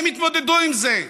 הם יתמודדו עם זה.